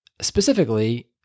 specifically